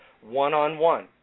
one-on-one